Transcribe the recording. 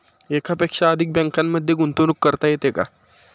एकापेक्षा अधिक बँकांमध्ये गुंतवणूक करता येते का?